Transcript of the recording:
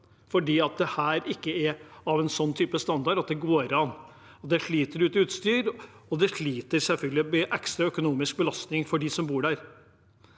fordi det ikke er av en sånn standard at det går an. Det sliter ut utstyr, og det blir selvfølgelig en ekstra økonomisk belastning for dem som bor der.